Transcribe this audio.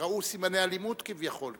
שראו סימני אלימות כביכול.